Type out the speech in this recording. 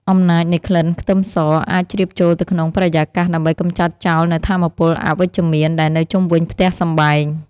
អំណាចនៃក្លិនខ្ទឹមសអាចជ្រាបចូលទៅក្នុងបរិយាកាសដើម្បីកម្ចាត់ចោលនូវថាមពលអវិជ្ជមានដែលនៅជុំវិញផ្ទះសម្បែង។